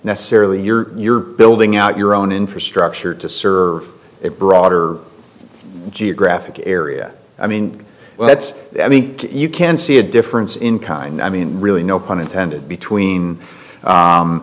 necessarily you're you're building out your own infrastructure to serve a broader geographic area i mean well that's i mean you can see a difference in kind i mean really no pun intended between